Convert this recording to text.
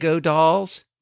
dolls